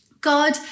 God